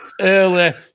early